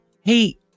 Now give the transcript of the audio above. hey